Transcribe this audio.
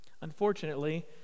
Unfortunately